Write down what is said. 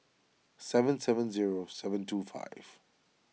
seven seven zero seven two five